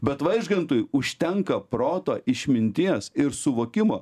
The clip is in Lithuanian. bet vaižgantui užtenka proto išminties ir suvokimo